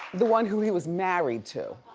the one who he was married too.